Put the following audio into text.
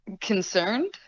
Concerned